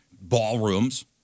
ballrooms